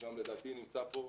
לדעתי הוא גם נמצא פה,